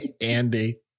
Andy